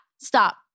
stop